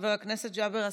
חבר הכנסת ג'אבר עסאקלה,